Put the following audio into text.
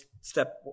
step